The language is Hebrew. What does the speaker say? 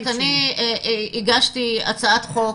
אני הגשתי הצעת חוק.